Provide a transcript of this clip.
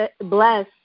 bless